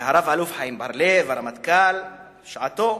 ורב-אלוף חיים בר-לב, הרמטכ"ל בשעתו,